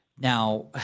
Now